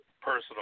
personal